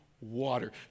water